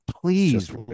please